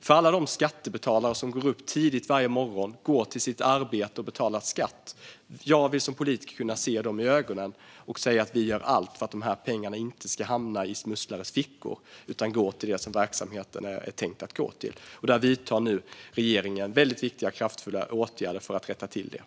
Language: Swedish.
Våra skattebetalare går upp tidigt varje morgon, går till sitt arbete och betalar skatt, och jag vill som politiker kunna se dem i ögonen och säga att vi gör allt för att pengarna inte ska hamna i fifflares fickor utan gå till den verksamhet som de var tänkta för. Regeringen vidtar nu viktiga, kraftfulla åtgärder för att rätta till detta.